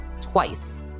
twice